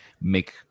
make